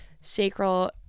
sacral